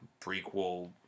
prequel